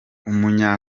umunya